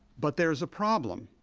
but there's a problem